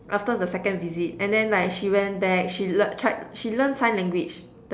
after the second visit and then like she went back she learn tried she learnt sign language